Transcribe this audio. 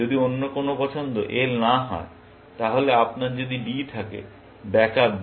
যদি অন্য কোন পছন্দ L না হয় তাহলে আপনার যদি D থাকে ব্যাক আপ D